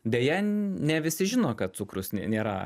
deja ne visi žino kad cukrus nėra